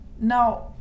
Now